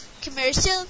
Commercial